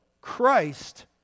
Christ